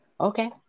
Okay